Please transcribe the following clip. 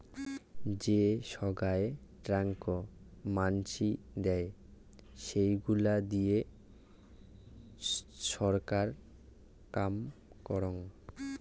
যে সোগায় ট্যাক্স মানসি দেয়, সেইগুলা দিয়ে ছরকার কাম করং